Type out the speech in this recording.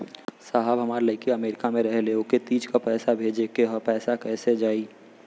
साहब हमार लईकी अमेरिका रहेले ओके तीज क पैसा भेजे के ह पैसा कईसे जाई?